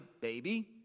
baby